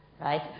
right